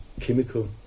chemical